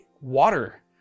water